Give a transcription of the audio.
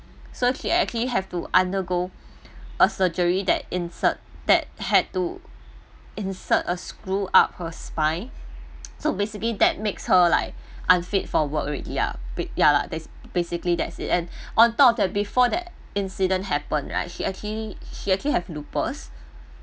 so she actually actually have to undergo a surgery that insert that had to insert a screw up her spine so basically that makes her like unfit for work already ya b~ ya lah b~basically that's it and on top of that before that incident happened right she actually she actually have lupus